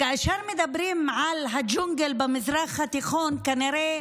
כאשר מדברים על הג'ונגל במזרח התיכון, כנראה